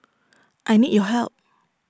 I need your help